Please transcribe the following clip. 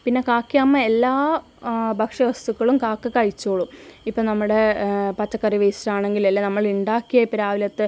പിന്നെ കാക്കയമ്മ എല്ലാ ഭക്ഷ്യവസ്തുക്കളും കാക്ക കഴിച്ചോളും ഇപ്പം നമ്മുടെ പച്ചക്കറി വേസ്റ്റ് ആണെങ്കിലും അല്ലേൽ നമ്മളുണ്ടാക്കിയ ഇപ്പം രാവിലത്തെ